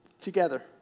Together